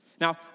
Now